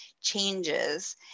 changes